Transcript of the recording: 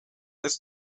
it’s